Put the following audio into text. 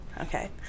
Okay